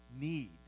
need